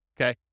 okay